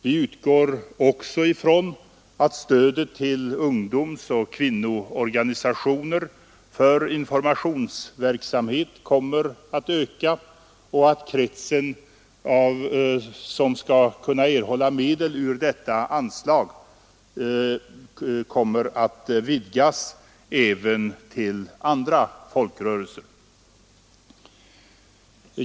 Vi utgår också från att stödet till ungdomsoch kvinnoorganisationer för informationsverksam het kommer att öka och att den krets som skall kunna erhålla medel ur detta anslag vidgas till att omfatta även andra folkrörelser.